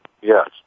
Yes